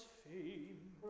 fame